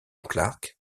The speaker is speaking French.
clarke